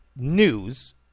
News